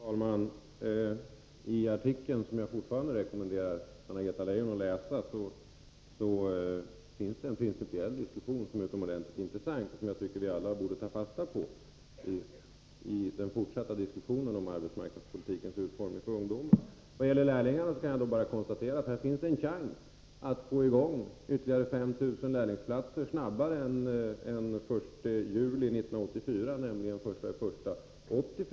Fru talman! Artikeln, som jag fortfarande rekommenderar Anna-Greta Leijon att läsa, innehåller en utomordentligt intressant principiell diskussion, som jag anser att vi borde ta fasta på i den fortsatta diskussionen om arbetsmarknadspolitikens utformning för ungdomen. När det gäller lärlingarna kan jag bara konstatera att det här finns en chans att ordna ytterligare 5 000 lärlingsplatser snabbare än till den 1 juli 1984, nämligen till den 1 januari 1984.